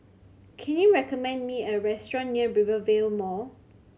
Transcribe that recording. can you recommend me a restaurant near Rivervale Mall